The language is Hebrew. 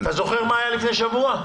אתה זוכר מה היה לפני שבוע?